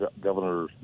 governor